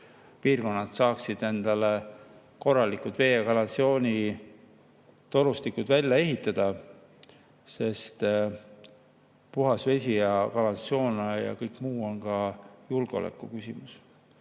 piirkonnad saaksid endale korralikud vee‑ ja kanalisatsioonitorustikud välja ehitada. Puhas vesi ja kanalisatsioon ja kõik muu on ka julgeolekuküsimus.